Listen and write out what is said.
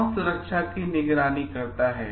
कौन सुरक्षा की निगरानी करता है